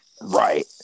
Right